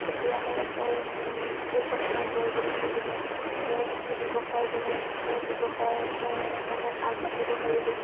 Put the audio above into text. তেতিয়াহে এইকণ সোমাই বয়বস্তু দিলেহে সেই ব্যৱসায়জনে ব্যৱসায় কামত আগবাঢ়িব পাৰিব